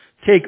take